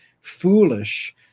foolish